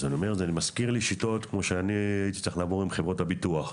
אז זה מזכיר לי שיטות כמו שאני הייתי צריך לעבור עם חברות הביטוח.